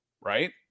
Right